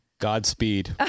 godspeed